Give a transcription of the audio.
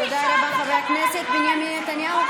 תודה רבה, חבר הכנסת בנימין נתניהו.